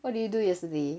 what did you do yesterday